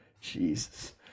Jesus